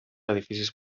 edificis